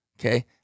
okay